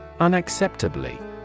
Unacceptably